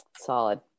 Solid